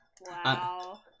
Wow